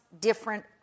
different